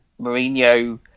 Mourinho